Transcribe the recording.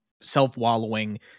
self-wallowing